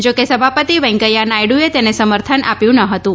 જો કે સભાપતિ વેંકૈયા નાયડુએ તેને સમર્થન આપ્યું ન હતું